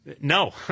No